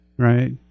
right